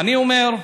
אני אומר,